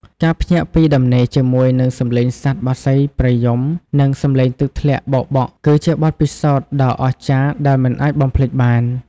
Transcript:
ការភ្ញាក់ពីដំណេកជាមួយនឹងសំឡេងសត្វបក្សីព្រៃយំ និងសំឡេងទឹកធ្លាក់បោកបក់ គឺជាបទពិសោធន៍ដ៏អស្ចារ្យដែលមិនអាចបំភ្លេចបាន។